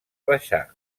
baixar